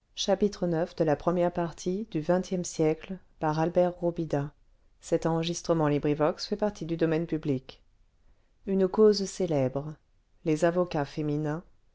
une cause célèbre les avocats féminins